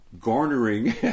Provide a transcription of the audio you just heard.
garnering